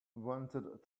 wanted